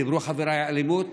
דיברו חבריי על אלימות,